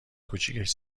کوچیکش